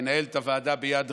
ינהל את הוועדה ביד רמה,